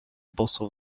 boso